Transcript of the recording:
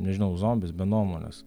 nežinau zombis be nuomonės